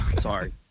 Sorry